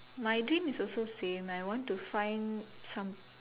my dream is also same I want to find some